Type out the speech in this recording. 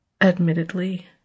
Admittedly